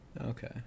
Okay